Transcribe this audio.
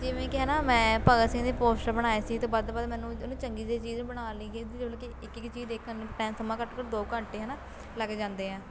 ਜਿਵੇਂ ਕਿ ਹੈ ਨਾ ਮੈਂ ਭਗਤ ਸਿੰਘ ਦੀ ਪੋਸਟਰ ਬਣਾਇਆ ਸੀ ਅਤੇ ਵੱਧ ਤੋਂ ਵੱਧ ਮੈਨੂੰ ਉਹਨੂੰ ਚੰਗੀ ਜਿਹੀ ਚੀਜ਼ ਬਣਾ ਲਈ ਕਿ ਇੱਕ ਇੱਕ ਚੀਜ਼ ਦੇਖਣ ਨੂੰ ਟੈਮ ਸਮਾਂ ਘੱਟ ਤੋਂ ਘੱਟ ਦੋ ਘੰਟੇ ਹੈ ਨਾ ਲੱਗ ਜਾਂਦੇ ਆ